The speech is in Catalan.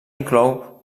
inclou